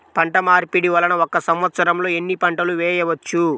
పంటమార్పిడి వలన ఒక్క సంవత్సరంలో ఎన్ని పంటలు వేయవచ్చు?